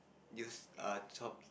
use err chop